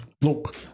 look